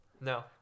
No